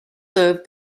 served